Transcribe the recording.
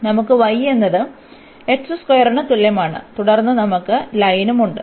അതിനാൽ നമുക്ക് y എന്നത് ന് തുല്യമാണ് തുടർന്ന് നമുക്ക് ലൈനുമുണ്ട്